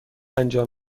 انجام